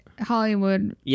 hollywood